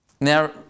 Now